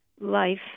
life